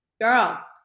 Girl